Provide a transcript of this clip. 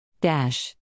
dash